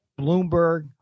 Bloomberg